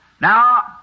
Now